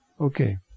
Okay